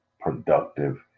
productive